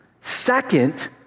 Second